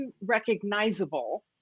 unrecognizable